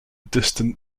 distant